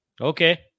Okay